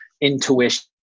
intuition